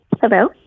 Hello